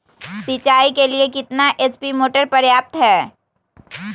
सिंचाई के लिए कितना एच.पी मोटर पर्याप्त है?